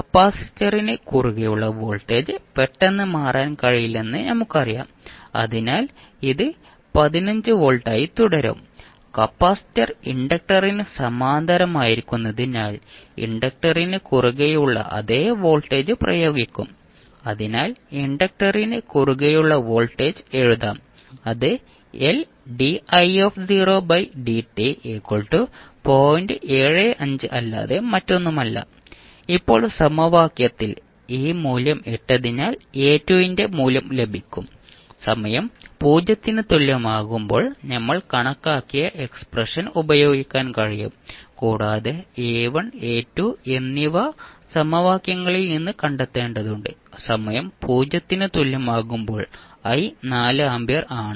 കപ്പാസിറ്ററിനു കുറുകെയുള്ള വോൾട്ടേജ് പെട്ടെന്ന് മാറാൻ കഴിയില്ലെന്ന് നമുക്കറിയാം അതിനാൽ ഇത് 15 വോൾട്ടായി തുടരും കപ്പാസിറ്റർ ഇൻഡക്റ്ററിന് സമാന്തരമായിരിക്കുന്നതിനാൽ ഇൻഡക്റ്ററിന് കുറുകെയുള്ള അതേ വോൾട്ടേജ് പ്രയോഗിക്കും അതിനാൽ ഇൻഡക്റ്ററിന് കുറുകെയുള്ള വോൾട്ടേജ് എഴുതാം അത് അല്ലാതെ മറ്റൊന്നുമല്ല ഇപ്പോൾ സമവാക്യത്തിൽ ഈ മൂല്യം ഇട്ടതിനാൽ A2 ന്റെ മൂല്യം ലഭിക്കും സമയം 0 ന് തുല്യമാകുമ്പോൾ നമ്മൾ കണക്കാക്കിയ എക്സ്പ്രഷൻ ഉപയോഗിക്കാൻ കഴിയും കൂടാതെ A1 A2 എന്നിവ സമവാക്യങ്ങളിൽ നിന്ന് കണ്ടെത്തേണ്ടതുണ്ട് സമയം 0 ന് തുല്യമാകുമ്പോൾ i 4 ആമ്പിയർ ആണ്